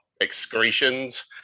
excretions